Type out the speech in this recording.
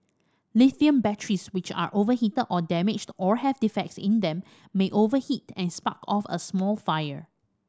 lithium batteries which are overheated or damaged or have defects in them may overheat and spark off a small fire